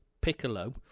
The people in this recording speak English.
Piccolo